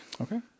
Okay